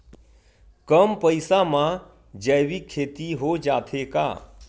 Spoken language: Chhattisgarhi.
कम पईसा मा जैविक खेती हो जाथे का?